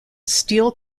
steel